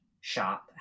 shop